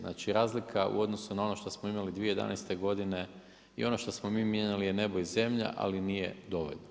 Znači razlika u odnosu na ono što smo imali 2011. godine i ono što smo mi mijenjali je nebo i zemlja ali nije dovoljno.